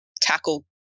tackle